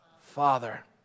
Father